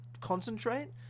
concentrate